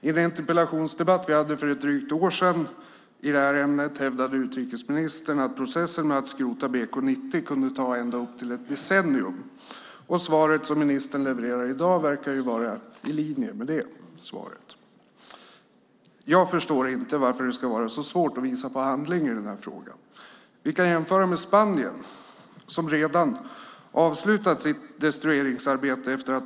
I en interpellationsdebatt som vi för drygt ett år sedan hade i ämnet hävdade utrikesministern att processen med att skrota BK90 kunde ta ända upp till ett decennium. Det svar som ministern levererar i dag verkar vara i linje med det tidigare svaret. Jag förstår inte varför det ska vara så svårt att visa på handling i frågan. Vi kan jämföra med Spanien som redan avslutat sitt destrueringsarbete.